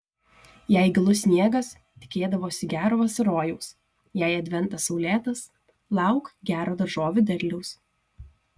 jei gilus sniegas tikėdavosi gero vasarojaus jei adventas saulėtas lauk gero daržovių derliaus